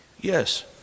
Yes